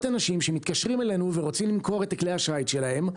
אנשים שמתקשרים אלינו ורוצים למכור את כלי השיט שלהם,